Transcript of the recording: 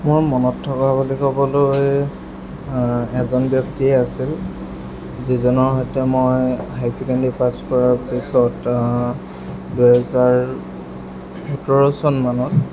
মোৰ মনত থকা বুলি ক'বলৈ এজন ব্যক্তিয়ে আছিল যিজনৰ সৈতে মই হাই ছেকেণ্ডেৰী পাছ কৰাৰ কৰাৰ পিছত দুহেজাৰ সোতৰ চন মানত